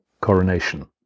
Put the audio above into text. coronation